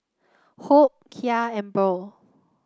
Hope Kya and Burl